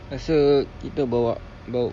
rasa kita bawa bawa